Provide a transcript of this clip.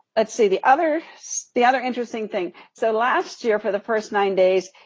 let's see the other so the other interesting thing. so last year for the first nine days,